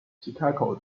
chicago